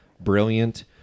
brilliant